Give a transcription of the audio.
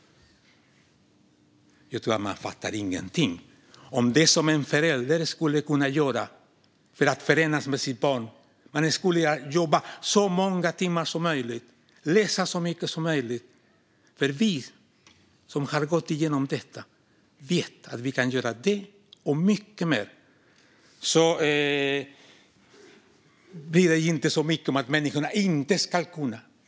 Då tror jag inte att man fattar någonting om vad en förälder skulle kunna göra för att förenas med sitt barn. Man skulle jobba så många timmar som möjligt och läsa så mycket som möjligt. Vi som har gått igenom detta vet att vi kan göra det och mycket mer. Bry er inte så mycket om vad människor inte skulle kunna!